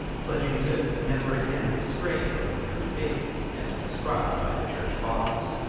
pledging to never again stray from the true faith as prescribed by the church fathers,